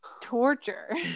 torture